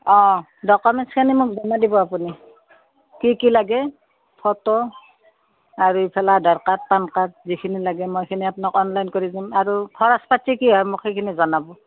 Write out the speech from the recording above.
অঁ ডকুমেণ্টছখিনি মোক জমা দিব আপুনি কি কি লাগে ফটো আৰু ইফালে আধাৰ কাৰ্ড পান কাৰ্ড যিখিনি লাগে মই সেইখিনি আপোনাক অনলাইন কৰি দিম আৰু খৰচ পাতি কি হয় মোক সেইখিনি জনাব